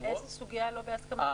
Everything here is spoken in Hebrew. בחירות --- איזו סוגיה לא בהסכמה מלאה?